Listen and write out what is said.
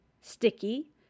sticky